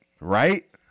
Right